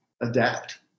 adapt